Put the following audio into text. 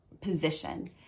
position